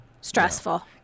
stressful